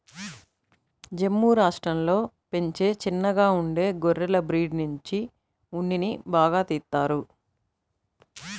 జమ్ము రాష్టంలో పెంచే చిన్నగా ఉండే గొర్రెల బ్రీడ్ నుంచి ఉన్నిని బాగా తీత్తారు